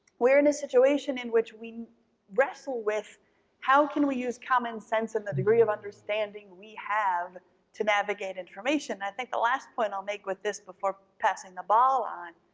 we're in a situation in which we wrestle with how can we use common sense and the degree of understanding we have to navigate information? and i think the last point i'll make with this before passing the ball on